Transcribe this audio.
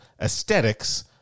aesthetics